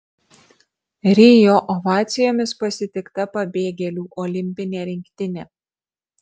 rio ovacijomis pasitikta pabėgėlių olimpinė rinktinė